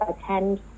attend